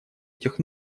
этих